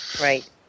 Right